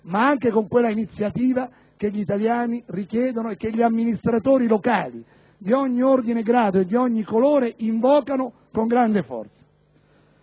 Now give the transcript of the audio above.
ma anche con quella iniziativa che gli italiani richiedono e che gli amministratori locali, di ogni ordine e grado e di ogni colore, invocano con grande forza.